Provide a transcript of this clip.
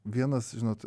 vienas žinot